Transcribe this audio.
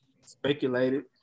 speculated